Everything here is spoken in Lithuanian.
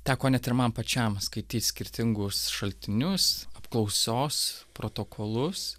teko net ir man pačiam skaityt skirtingus šaltinius apklausos protokolus